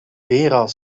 weeral